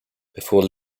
before